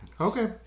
Okay